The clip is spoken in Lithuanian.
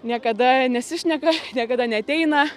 niekada nesišneka niekada neateina